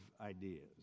ideas